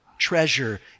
treasure